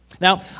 Now